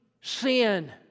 sin